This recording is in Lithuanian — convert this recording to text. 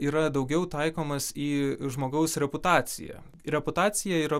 yra daugiau taikomas į žmogaus reputaciją reputacija yra